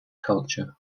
culture